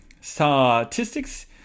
statistics